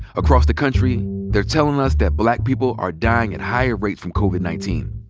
across the country, they're telling us that black people are dying at higher rates from covid nineteen.